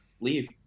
leave